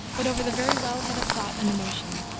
but over the very well-head of thought and emotion.